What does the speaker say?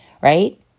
right